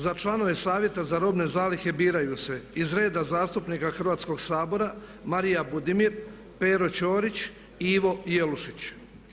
Za članove Savjeta za robne zalihe biraju se iz reda zastupnika Hrvatskoga sabora Marija Budimir, Pero Ćorić i Ivo Jelušić.